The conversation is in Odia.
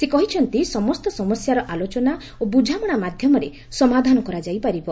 ସେ କହିଛନ୍ତି ସମସ୍ତ ସମସ୍ୟାର ଆଲୋଚନା ଓ ବୁଝାମଣା ମାଧ୍ୟମରେ ସମାଧାନ କରାଯାଇ ପାରିବ